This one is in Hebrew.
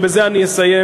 ובזה אני מסיים,